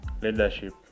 leadership